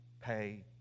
pay